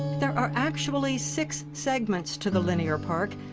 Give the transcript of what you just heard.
there are actually six segments to the linear park,